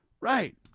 Right